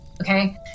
okay